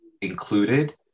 included